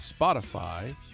Spotify